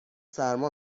سرما